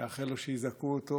אני מאחל לו שיזכו אותו,